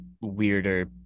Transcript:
weirder